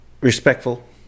respectful